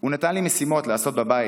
הוא נתן לי משימות לעשות בבית,